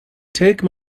take